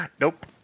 nope